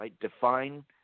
define